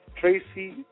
Tracy